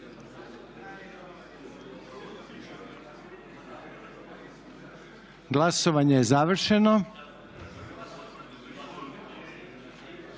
Glasovanje je završeno.